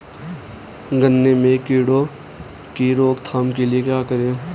गन्ने में कीड़ों की रोक थाम के लिये क्या करें?